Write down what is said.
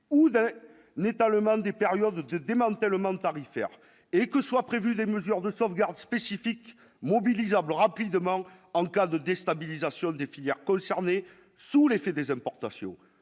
un n'allemande des période de démantèlement tarifaire et que soient prévues des mesures de sauvegarde spécifique mobilisable rapidement en cas de déstabilisation des filières concernées sous l'effet des importations